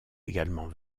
également